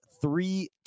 three